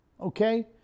okay